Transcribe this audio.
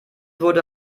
wurde